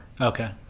Okay